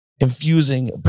infusing